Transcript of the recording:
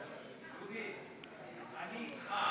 דודי, אני אתך.